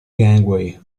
gangway